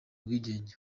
ubwigenge